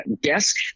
desk